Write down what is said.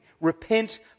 repent